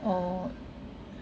orh